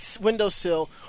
windowsill